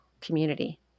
community